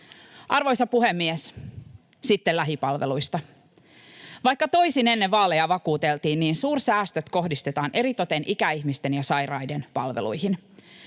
Arvoisa puhemies! Sitten lähipalveluista: Vaikka toisin ennen vaaleja vakuuteltiin, niin suursäästöt kohdistetaan eritoten ikäihmisten ja sairaiden palveluihin.